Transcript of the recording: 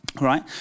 right